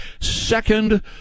second